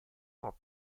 può